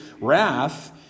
wrath